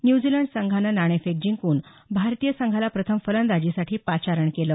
New Zealand संघाने नाणेफेक जिंकून भारतीय संघाला प्रथम फलंदाजीसाठी पाचारण केलं